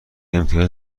امتیاز